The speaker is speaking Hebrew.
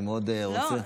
אני מאוד רוצה,